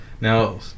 Now